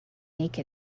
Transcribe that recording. make